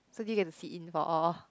so did you get to sit in for all